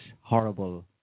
horrible